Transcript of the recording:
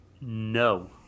No